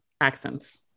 accents